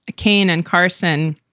ah cain and carson